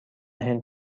هند